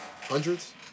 Hundreds